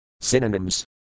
Synonyms